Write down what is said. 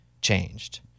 changed